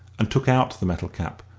and took out the metal cap,